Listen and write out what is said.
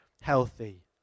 healthy